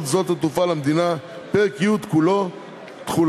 שדות התעופה למדינה); פרק י' כולו (תחילה).